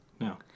No